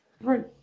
Right